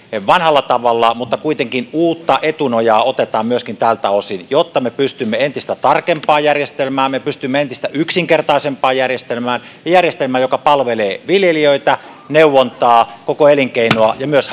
vanhalla tavalla mutta kuitenkin uutta etunojaa otetaan myöskin tältä osin jotta me pystymme entistä tarkempaan järjestelmään me pystymme entistä yksinkertaisempaan järjestelmään ja järjestelmään joka palvelee viljelijöitä neuvontaa koko elinkeinoa ja myös